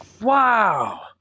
Wow